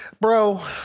Bro